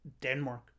Denmark